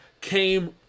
came